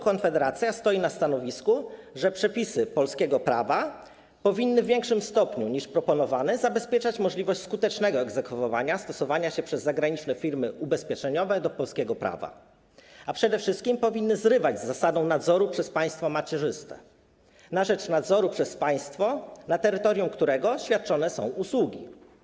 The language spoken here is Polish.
Konfederacja stoi na stanowisku, że przepisy polskiego prawa powinny w większym stopniu niż proponowane zabezpieczać możliwość skutecznego egzekwowania stosowania się przez zagraniczne firmy ubezpieczeniowe do polskiego prawa, a przede wszystkim powinny zrywać z zasadą nadzoru przez państwo macierzyste na rzecz nadzoru przez państwo, na którego terytorium świadczone są usługi.